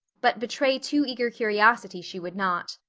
but betray too eager curiosity she would not.